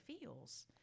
feels